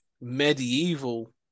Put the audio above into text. medieval